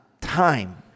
time